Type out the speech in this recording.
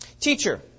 teacher